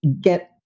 get